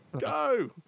go